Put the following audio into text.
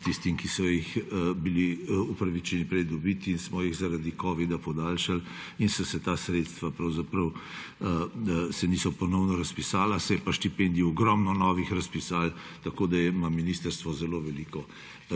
tistim, ki so jih bili upravičeni prej dobiti in smo jih zaradi covida podaljšali in se ta sredstva pravzaprav niso ponovno razpisala, se je pa štipendij ogromno novih razpisalo, tako da ima ministrstvo zelo veliko